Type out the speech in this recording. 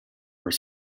were